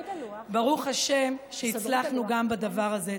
ברוך השם שהצלחנו גם בדבר הזה.